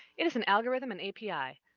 it is an algorithm and api,